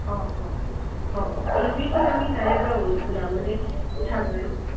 অঁ অঁ অঁ অঁ এই এভৰিথিং আমি তাৰেপৰা ওলাম মানে উঠাম আৰু